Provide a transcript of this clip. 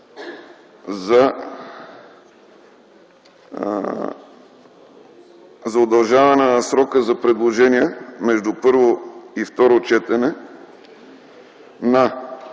за удължаване на срока за предложения между първо и второ четене на